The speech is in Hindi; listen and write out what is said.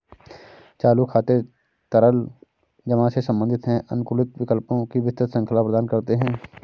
चालू खाते तरल जमा से संबंधित हैं, अनुकूलित विकल्पों की विस्तृत श्रृंखला प्रदान करते हैं